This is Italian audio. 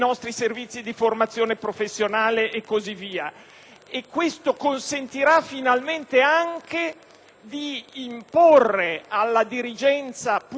via. Ciò consentirà, finalmente, anche di imporre alla dirigenza pubblica obiettivi precisi,